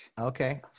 Okay